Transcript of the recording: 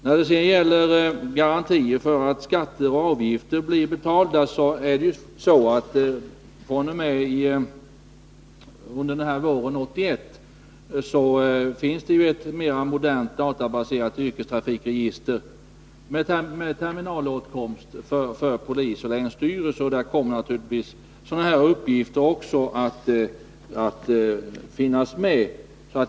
När det sedan gäller garantier för att skatter och avgifter blir betalda är det så, att man fr.o.m. 1981 kan ha hjälp av ett mera modernt databaserat yrkestrafikregister med terminalåtkomst för polisen och länsstyrelsen. Där kommer en hel del olika uppgifter att finnas med.